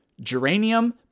Geranium